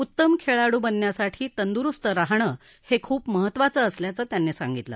उत्तम खेळाडू बनण्यासाठी तंदुरुस्त राहणं हे खूप महत्त्वाचं असल्याचं त्यांनी सांगितलं